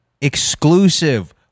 exclusive